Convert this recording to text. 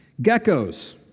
geckos